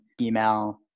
email